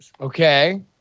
Okay